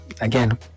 again